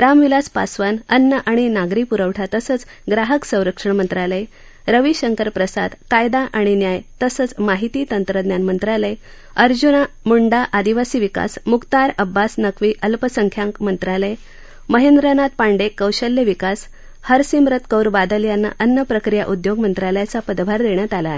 रामविलास पासवान अन्न आणि नागरी पुरवठा तसंच ग्राहक संरक्षण मंत्रालय रविशंकर प्रसाद कायदा आणि न्याय तसंच माहिती तंत्रज्ञान मंत्रालय अर्जुन मुंडा आदिवासी विकास मुकार अब्बास नख्वी अल्पसंख्याक मंत्रालय महेंद्रनाथ पांडे कौशल्य विकास हरसिमरत कौर बादल यांना अन्नप्रक्रिया उद्योग मंत्रालयाचा पदभार देण्यात आला आहे